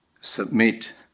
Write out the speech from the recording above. submit